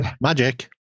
Magic